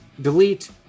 delete